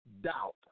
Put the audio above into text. doubt